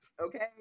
okay